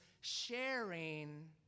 sharing